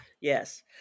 Yes